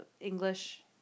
English